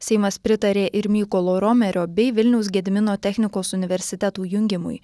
seimas pritarė ir mykolo romerio bei vilniaus gedimino technikos universitetų jungimui